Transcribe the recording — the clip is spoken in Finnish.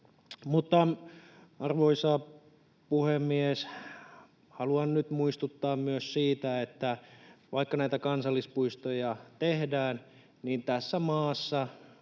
Mutta, arvoisa puhemies, haluan nyt muistuttaa myös siitä, että vaikka näitä kansallispuistoja tehdään, niin tässä maassa